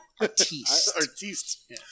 Artiste